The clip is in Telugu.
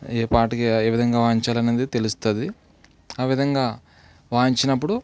ఏ పాటకి ఏ విధంగా వాయించాలనేది తెలుస్తుంది ఆ విధంగా వాయించినప్పుడు